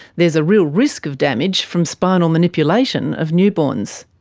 there is a real risk of damage from spinal manipulation of newborns.